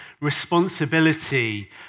responsibility